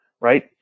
right